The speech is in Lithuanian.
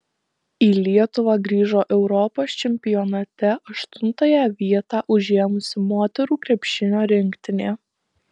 į lietuvą grįžo europos čempionate aštuntąją vietą užėmusi moterų krepšinio rinktinė